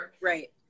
Right